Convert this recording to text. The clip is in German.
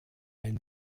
ein